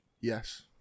Yes